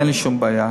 אין לי שום בעיה.